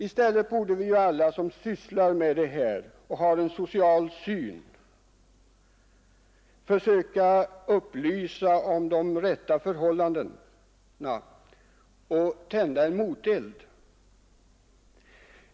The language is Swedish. I stället borde vi ju alla som sysslar med detta ha en social syn, försöka upplysa om de rätta förhållandena och tända en moteld.